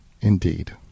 Indeed